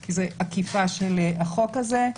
כי זאת עקיפה של החוק הזה.